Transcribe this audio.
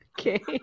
Okay